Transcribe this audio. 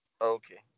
Okay